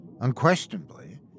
Unquestionably